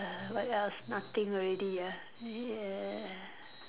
uh what else nothing already ah ya